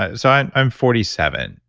ah so and i'm forty seven,